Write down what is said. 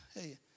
Hey